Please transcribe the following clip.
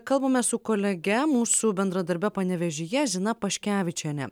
kalbame su kolege mūsų bendradarbe panevėžyje zina paškevičiene